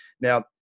Now